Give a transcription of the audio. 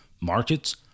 markets